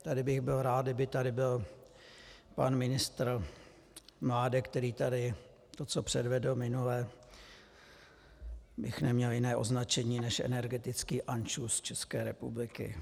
Tady bych byl rád, kdyby tady byl pan ministr Mládek, který tady to, co předvedl minule, bych neměl jiné označení než energetický anšlus České republiky.